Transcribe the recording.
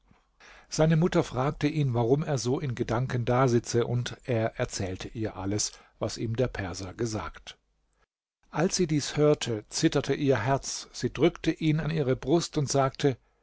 seine mutter fragte ihn warum er so in gedanken dasitze und er erzählte ihr alles was ihm der perser gesagt als sie dies hörte zitterte ihr herz sie drückte ihn an ihre brust und sagte